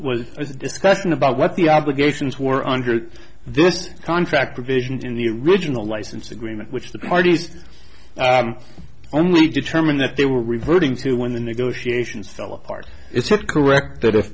was was discussed about what the obligations were under this contract provision in the original license agreement which the parties only determine that they were reverting to when the negotiations fell apart it's not correct that